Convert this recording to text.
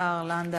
השר לנדאו.